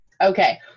okay